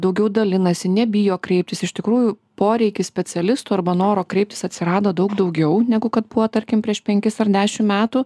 daugiau dalinasi nebijo kreiptis iš tikrųjų poreikis specialistų arba noro kreiptis atsirado daug daugiau negu kad buvo tarkim prieš penkis ar dešim metų